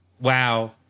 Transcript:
Wow